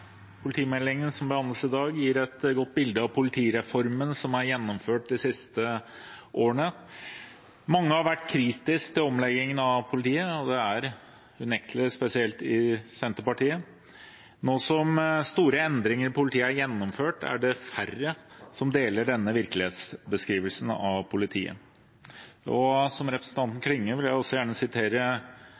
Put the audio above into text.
Politimeldingen som behandles i dag, gir et godt bilde av politireformen som er gjennomført de siste årene. Mange har vært kritiske til omleggingen av politiet, og det gjelder unektelig spesielt i Senterpartiet. Nå som store endringer i politiet er gjennomført, er det færre som deler denne virkelighetsbeskrivelsen av politiet. Som representanten Klinge vil jeg også gjerne sitere